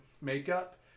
makeup